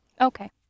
okay